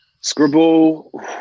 Scribble